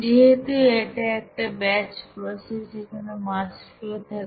যেহেতু এটা একটা ব্যাচ প্রসেস এখানে মাস ফ্লো থাকবে